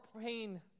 pain